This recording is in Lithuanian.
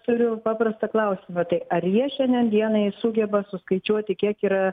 turiu paprastą klausimą tai ar jie šiandien dienai sugeba suskaičiuoti kiek yra